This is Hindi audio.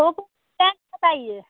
ओप्पो का रेंज बताइए